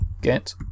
Get